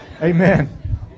Amen